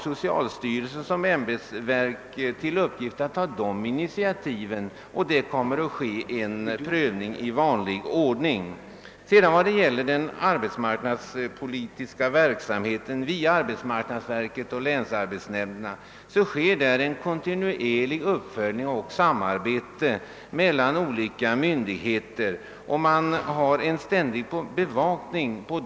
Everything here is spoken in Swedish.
Socialstyrelsen har som ämbetsverk till uppgift att ta initiativ beträffande kuranstalter och liknande anläggningar, och en prövning kommer att göras i vanlig ordning om det bedöms att behov föreligger. Olika myndigheter samverkar kontinuerligt i den arbetsmarknadspolitiska verksamhet som bedrivs av arbetsmarknadsverket och länsarbetsnämnderna.